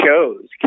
shows